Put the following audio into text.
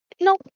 no